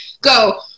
go